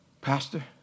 pastor